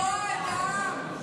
תפסיקו לקרוע את העם.